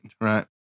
right